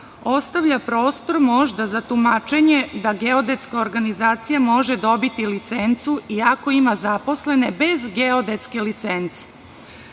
ostavlja prostor možda za tumačenje da geodetska organizacija može dobiti licencu iako ima zaposlene bez geodetske licence.